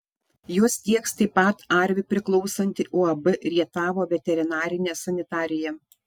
juos tieks taip pat arvi priklausanti uab rietavo veterinarinė sanitarija